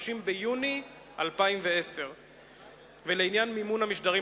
30 ביוני 2010. ולעניין מימון המשדרים,